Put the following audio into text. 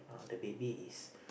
the baby is